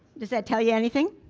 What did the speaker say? does that tell you anything?